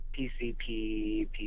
PCP